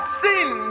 sin